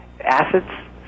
assets